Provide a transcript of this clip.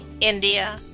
India